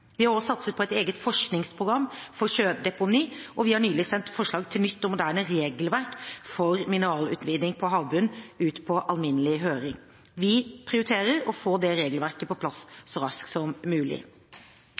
Vi har også satset på et eget forskningsprogram for sjødeponi, og vi har nylig sendt forslag om nytt og moderne regelverk for mineralutvinning på havbunnen ut på alminnelig høring. Vi prioriterer å få regelverket på